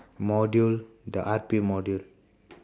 module the art module